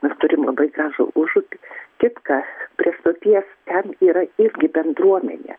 mes turim labai gražų užupį kitkas prie stoties ten yra irgi bendruomenė